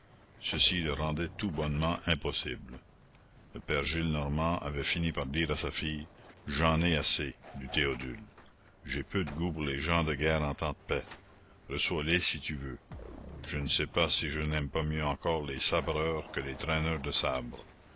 ceci le rendait tout bonnement impossible le père gillenormand avait fini par dire à sa fille j'en ai assez du théodule j'ai peu de goût pour les gens de guerre en temps de paix reçois les si tu veux je ne sais pas si je n'aime pas mieux encore les sabreurs que les traîneurs de sabre